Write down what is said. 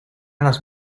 las